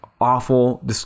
awful